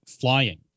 flying